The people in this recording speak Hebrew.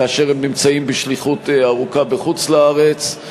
כאשר הם נמצאים בשליחות ארוכה בחוץ-לארץ.